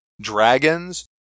Dragons